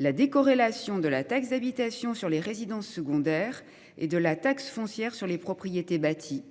la décorrélation de la taxe d'habitation sur les résidences secondaires et de la taxe foncière sur les propriétés bâties